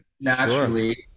naturally